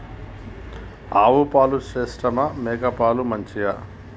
ఆవు పాలు శ్రేష్టమా మేక పాలు మంచియా?